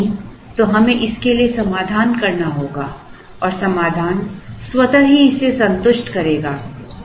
यदि नहीं तो हमें इसके लिए समाधान करना होगा और समाधान स्वतः ही इसे संतुष्ट करेगा